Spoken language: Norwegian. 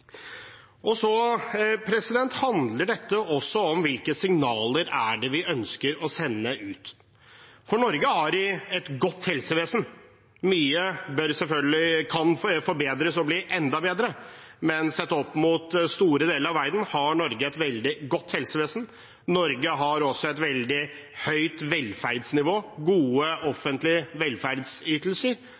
Dette handler også om hvilke signaler det er vi ønsker å sende ut. Norge har et godt helsevesen. Mye kan selvfølgelig forbedres og bli enda bedre, men sett i forhold til store deler av verden har Norge et veldig godt helsevesen. Norge har også et veldig høyt velferdsnivå, med gode offentlige velferdsytelser,